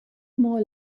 more